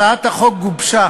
הצעת החוק גובשה